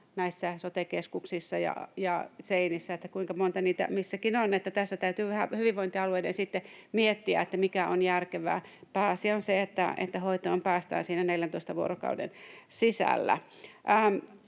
näissä sote-keskuksissa ja seinissä: että kuinka monta niitä keskuksia missäkin on. Tässä täytyy hyvinvointialueiden sitten vähän miettiä, että mikä on järkevää. Pääasia on se, että hoitoon päästään siinä 14 vuorokauden sisällä.